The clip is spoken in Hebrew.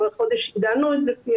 החודש הגדלנו אותו לפי